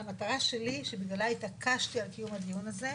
המטרה שלי, שבגללה התעקשתי על קיום הדיון הזה,